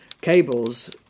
cables